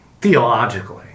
Theologically